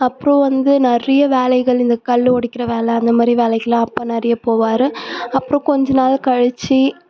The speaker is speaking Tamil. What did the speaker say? அப்புறம் வந்து நிறைய வேலைகள் இந்த கல் உடைக்குற வேலை இந்த மாதிரி வேலைக்கெல்லாம் அப்போ நிறைய போவார் அப்புறம் கொஞ்சம் நாள் கழித்து